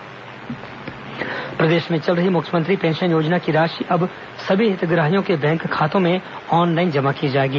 मुख्यमंत्री पेंशन योजना प्रदेश में चल रही मुख्यमंत्री पेंशन योजना की राशि अब सभी हितग्राहियों के बैंक खातों में ऑनलाइन जमा की जाएगी